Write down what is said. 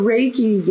Reiki